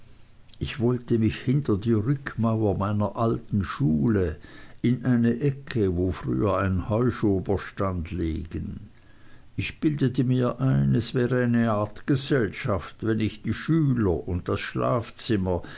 ich wollte mich hinter die rückmauer meiner alten schule in eine ecke wo früher ein heuschober stand legen ich bildete mir ein es wäre eine art gesellschaft wenn ich die schüler und das schlafzimmer